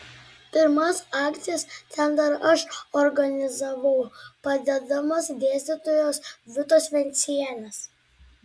pirmas akcijas ten dar aš organizavau padedamas dėstytojos vitos vencienės